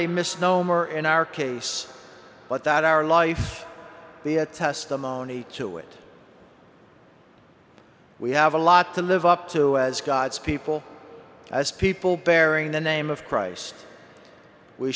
a misnomer in our case but that our life be a testimony to it we have a lot to live up to as god's people as people bearing the name of christ we